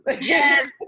Yes